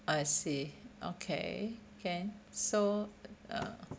I see okay can so uh